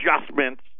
adjustments